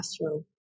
classroom